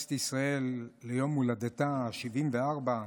לכנסת ישראל ליום הולדתה ה-74.